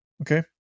okay